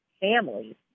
families